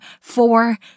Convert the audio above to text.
Four